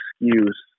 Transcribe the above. excuse